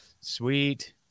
Sweet